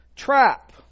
trap